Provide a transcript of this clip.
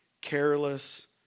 careless